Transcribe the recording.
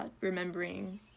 remembering